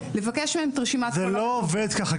לבקש מהם את רשימה כל הרחובות --- זה לא עובד ככה,